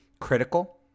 critical